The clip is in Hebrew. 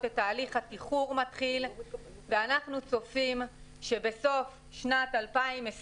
את תהליך התיחור מתחיל ואנחנו צופים שבסוף שנת 2020